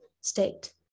state